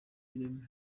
ireme